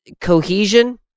cohesion